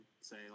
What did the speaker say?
say